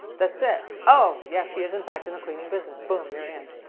that's it. oh yeah, she is in fact in the cleaning business. boom you're in.